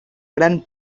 gran